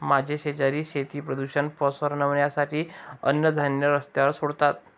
माझे शेजारी शेती प्रदूषण पसरवण्यासाठी अन्नधान्य रस्त्यावर सोडतात